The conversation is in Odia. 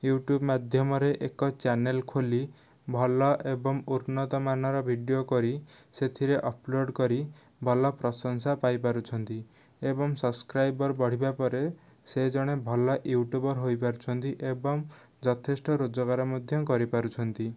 ୟୁଟ୍ୟୁବ ମାଧ୍ୟମରେ ଏକ ଚ୍ୟାନେଲ ଖୋଲି ଭଲ ଏବଂ ଉନ୍ନତ ମାନର ଭିଡିଓ କରି ସେଥିରେ ଅପଲୋଡ଼ କରି ଭଲ ପ୍ରଶଂସା ପାଇପାରୁଛନ୍ତି ଏବଂ ସବସ୍କ୍ରାଇବର ବଢ଼ିବା ପରେ ସେ ଜଣେ ଭଲ ୟୁଟ୍ୟୁବର ହୋଇପାରୁଛନ୍ତି ଏବଂ ଯଥେଷ୍ଟ ରୋଜଗାର ମଧ୍ୟ କରିପାରୁଛନ୍ତି